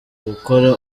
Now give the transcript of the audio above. gukora